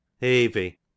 Heavy